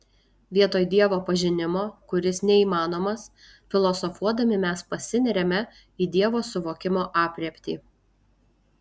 vietoj dievo pažinimo kuris neįmanomas filosofuodami mes pasineriame į dievo suvokimo aprėptį